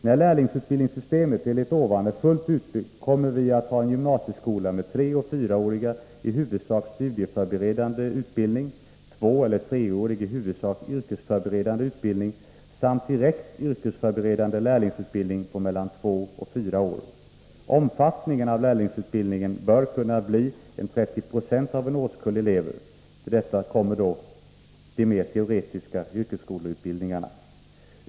När lärlingsutbildningssystemet enligt detta förslag är fullt utbyggt kommer vi att ha en gymnasieskola med treoch fyraårig i huvudsak studieförberedande utbildning, tvåeller treårig i huvudsak yrkesförberedande utbildning samt direkt yrkesförberedande lärlingsutbildning på mellan två och fyra år. Omfattningen av lärlingsutbildningen bör kunna bli 30 90 av en årskull elever. Till detta kommer de mer teoretiska yrkesskoleutbildningarna.